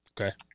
Okay